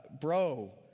bro